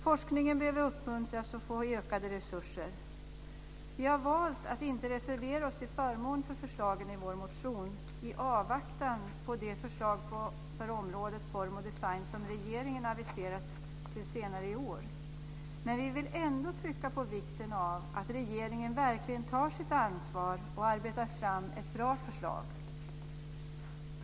Forskningen behöver uppmuntras och få ökade resurser. Vi har valt att inte reservera oss till förmån för förslagen i vår motion i avvaktan på det förslag för området form och design som regeringen aviserat till senare i år. Men vi vill ändå trycka på vikten av att regeringen verkligen tar sitt ansvar och arbetar fram ett bra förslag.